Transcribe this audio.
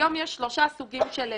היום יש שלושה סוגים של דירקטורים.